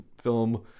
film